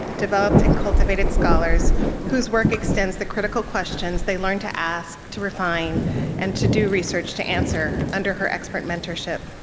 developed and cultivated scholars whose work extends the critical questions they learned to ask, to refine and to do research to answer under her expert mentorship.